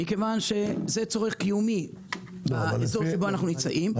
מכיוון שזה צורך קיומי באזור שבו אנחנו נמצאים.